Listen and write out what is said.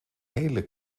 hele